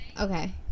okay